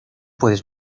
puedes